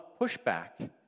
pushback